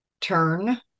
turn